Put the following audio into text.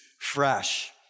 fresh